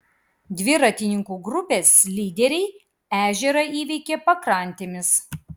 dviratininkų grupės lyderiai ežerą įveikė pakrantėmis